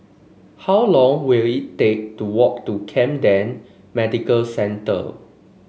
how long will it take to walk to Camden Medical Centre